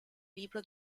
libro